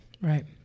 Right